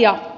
ja sen takia